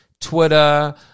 Twitter